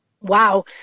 Wow